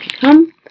come